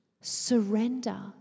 surrender